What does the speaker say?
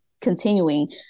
continuing